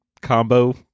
combo